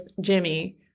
Jimmy